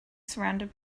surrounded